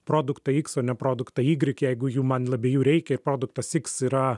produktą iks o ne produktą igrik jeigu jų man labai jų reikia ir produktas iks yra